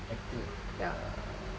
actor eh err